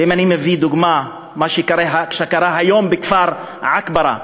אם אני מביא דוגמה ממה שקרה היום בכפר עכברה,